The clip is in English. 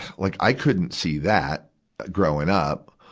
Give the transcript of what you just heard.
like i couldn't see that growing up.